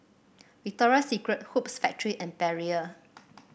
Victoria Secret Hoops Factory and Perrier